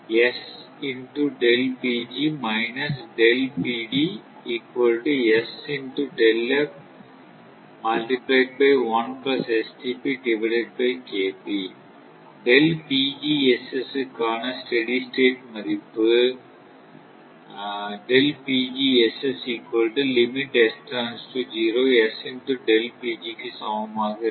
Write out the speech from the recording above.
க்கான steady state மதிப்பு க்கு சமமாக இருக்கும்